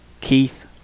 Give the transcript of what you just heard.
Keith